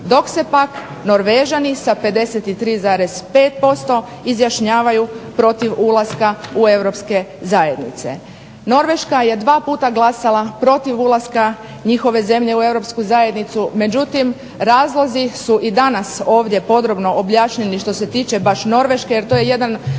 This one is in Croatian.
dok se pak Norvežani sa 53,5% izjašnjavaju protiv ulaska u Europske zajednice. Norveška je dva puta glasala protiv ulaska njihove zemlje u Europsku zajednicu, međutim razlozi su i danas ovdje podrobno objašnjeni što se tiče baš Norveške jer to je jedan